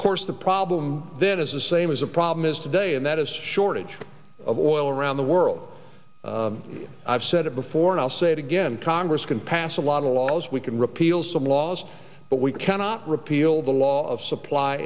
course the problem then is the same as a problem is today and that is shortage of oil around the world i've said it before and i'll say it again congress can pass a lot of laws we can repeal some laws but we cannot repeal the law of supply